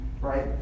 right